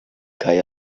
kaj